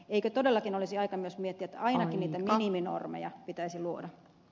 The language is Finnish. eikö todellakin olisi aika miettiä että ainakin niitä miniminormeja pitäisi luoda